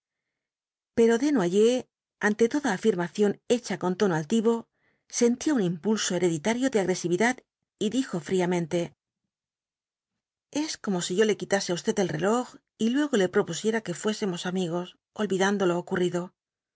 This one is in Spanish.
pero desnoyers ante toda afirmación hecha con tono altivo sentía un impulso hereditario de agresividad y dijo fríamente es como si yo le quitase á usted el reloj y luego le propusiera que fuésemos amigos olvidando lo ocurrido